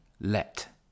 let